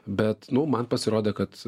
bet nu man pasirodė kad